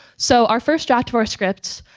so our first draft of our script,